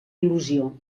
il·lusió